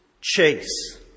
chase